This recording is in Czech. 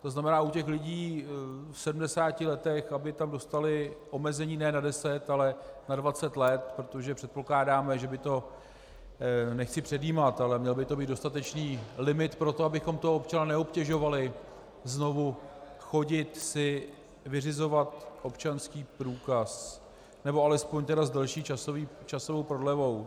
To znamená u těch lidí v 70 letech, aby tam dostali omezení ne na deset, ale na dvacet let, protože předpokládáme, že nechci předjímat, ale měl by to být dostatečný limit pro to, abychom toho občana neobtěžovali znovu chodit si vyřizovat občanský průkaz, nebo alespoň s delší časovou prodlevou.